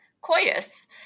coitus